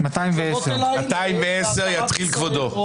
הסתייגות 210. בבקשה.